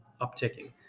upticking